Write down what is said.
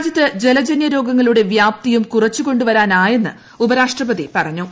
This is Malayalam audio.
രാജ്യത്ത് ജലജന്യരോഗങ്ങളുടെ വ്യാപ്തിയും കുറച്ചു കൊണ്ടു വരാനായെന്നും ഉപരാഷ്ട്രപതി പറഞ്ഞു